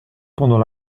pendant